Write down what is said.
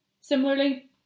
Similarly